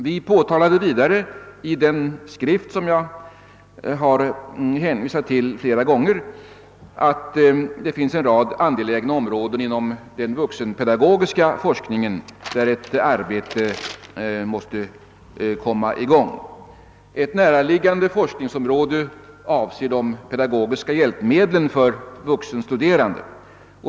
Vi betonade vidare i den skrift som jag flera gånger hänvisat till att det finns en rad angelägna områden inom den vuxenpedagogiska forskningen, där ett arbete måste komma i' gång. Ett näraliggande forskningsområde avser de pedagogiska hjälpmedlen för vuxenstuderande.